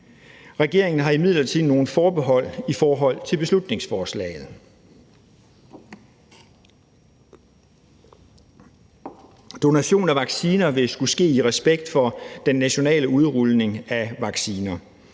Regeringen har imidlertid nogle forbehold i forhold til beslutningsforslaget. Donation af vacciner vil skulle ske i respekt for den nationale udrulning af vacciner.